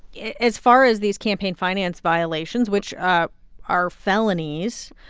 as far as these campaign finance violations, which are felonies,